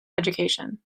education